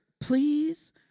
please